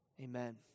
amen